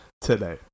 today